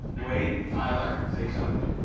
wait, tyler, say something.